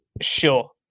sure